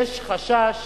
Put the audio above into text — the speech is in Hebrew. יש חשש